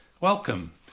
Welcome